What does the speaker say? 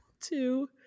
two